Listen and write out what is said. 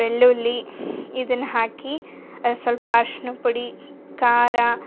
ಬೆಳ್ಳುಳ್ಳಿ ಇದನ್ನು ಹಾಕಿ ಸ್ವಲ್ಪ ಅರ್ಶಿನದ ಪುಡಿ ಖಾರ